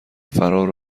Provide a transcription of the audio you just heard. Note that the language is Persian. فرار